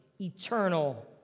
eternal